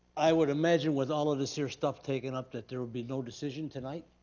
i would imagine with all of this here stuff taken up that there would be no decision tonight?